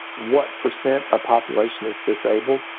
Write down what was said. what percent of population is disabled.